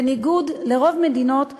בניגוד לרוב מדינות ה-OECD,